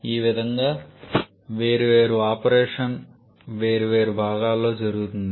ఈ విధంగా వేర్వేరు ఆపరేషన్ వేర్వేరు భాగాలలో జరుగుతుంది